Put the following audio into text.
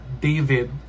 David